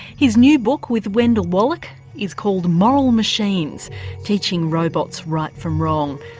his new book with wendall wallach is called moral machines teaching robots right from wrong,